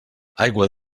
aigua